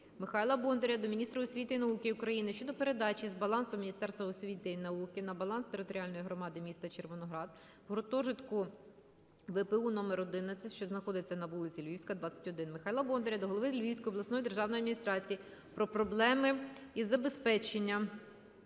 Михайла Бондаря до міністра освіти і науки України щодо передачі з балансу Міністерства освіти і науки на баланс територіальної громади міста Червоноград гуртожитку ВПУ №11, що знаходиться на вулиці Львівська, 21. Михайла Бондаря до Голови Львівської обласної державної адміністрації про проблеми із забезпеченням